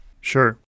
Sure